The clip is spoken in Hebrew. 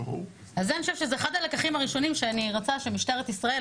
אז אני חושבת שזה אחד הלקחים הראשונים שאני רוצה שמשטרת ישראל,